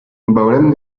veurem